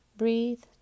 Breathe